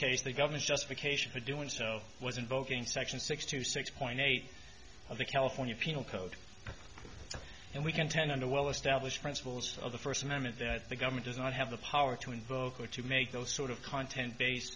case the government just pick a should be doing so was invoking section six to six point eight of the california penal code and we contend on the well established principles of the first amendment that the government does not have the power to invoke or to make those sort of content base